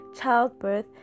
childbirth